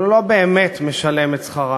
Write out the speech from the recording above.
אבל הוא לא באמת משלם את שכרם,